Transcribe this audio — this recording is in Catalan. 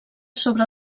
sobre